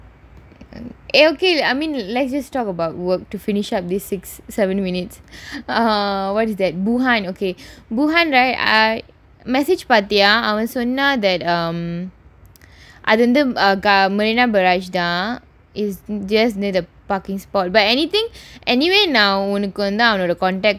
okay I mean let's just talk about work to finish up this six seven minutes err what's that boohan okay boohan right I message பாத்தியா அவன் சொன்னா:paathiyaa avan sonnaa that um அது வந்து:athu vanthu mm marina baragge தான்:thaan is just near the parking spot but anything anyway நான் ஒனக்கு வந்து அவனோட:naan onakku vanthu avanoda contact கொடுப்பேன்:koduppaen